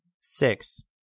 Six